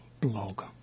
Blog